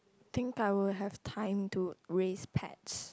think I will have time to raise pets